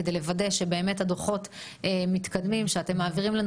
כדי לוודא שהדוחות באמת מתקדמים ושאתם מעבירים לנו